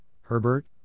Herbert